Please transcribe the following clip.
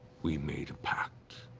we made a pact,